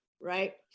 right